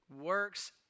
works